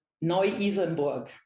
Neu-Isenburg